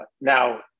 now